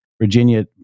Virginia